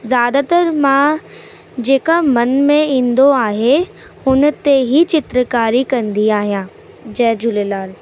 ज्यादातर मां जेका मन में ईंदो आहे हुन ते ई चित्रकारी कंदी आहियां जय झूलेलाल